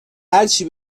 هرچی